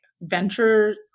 venture